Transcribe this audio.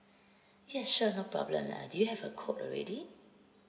yes sure no problem uh do you have a code already